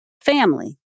family